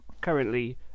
currently